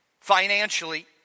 financially